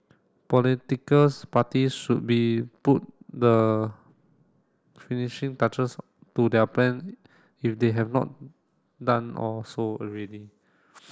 politicals parties should be put the finishing touches to their plan if they have not done or so already